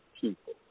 people